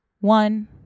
one